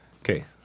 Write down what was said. Okay